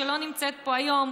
שלא נמצאת פה היום,